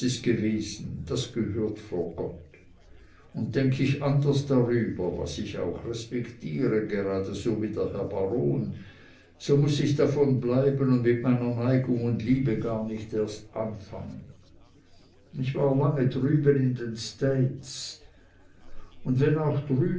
gewesen das gehört vor gott und denk ich anders darüber was ich auch respektiere geradeso wie der herr baron so muß ich davon bleiben und mit meiner neigung und liebe gar nicht erst anfangen ich war lange drüben in den states und wenn auch